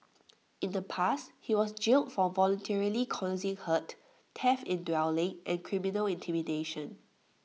in the past he was jailed for voluntarily causing hurt theft in dwelling and criminal intimidation